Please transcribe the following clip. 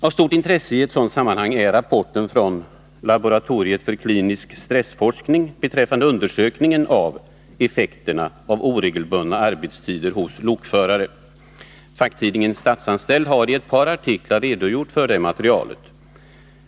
Av stort intresse i ett sådant sammanhang är rapporten från laboratoriet för klinisk stressforskning beträffande undersökningen av effekterna av oregelbundna arbetstider hos lokförare. Facktidningen Statsanställd har i ett par artiklar redogjort för det materialet.